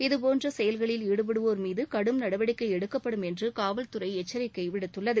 இதுபோன்று செயல்களில் ஈடுபடுபவர்கள் மீது கடும் நடவடிக்கை எடுக்கப்படும் என்று காவல் துறை எச்சரிக்கை விடுத்துள்ளது